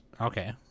okay